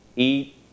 eat